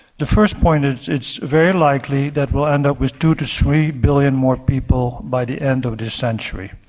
the first point is it's very likely that we will end up with two to three billion more people by the end of the century.